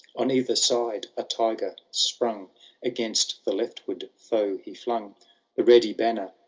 on either side a tiger sprunga against the leftward foe he flung the ready banner,